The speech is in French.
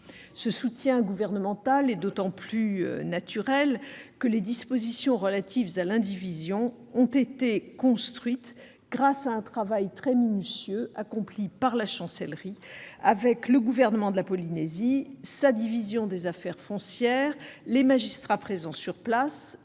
Ce soutien gouvernemental est d'autant plus naturel que les dispositions relatives à l'indivision ont été construites grâce à un travail très minutieux accompli par la Chancellerie avec le Gouvernement de la Polynésie et sa direction des affaires foncières, les magistrats présents sur place,